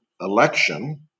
election